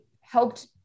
helped